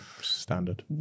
Standard